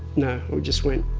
no, i just went.